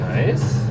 Nice